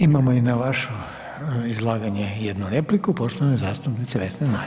Imamo i na vaše izlaganje jednu repliku poštovane zastupnice Vesne Nađ.